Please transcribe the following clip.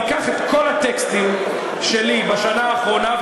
תיקח את כל הטקסטים שלי בשנה האחרונה,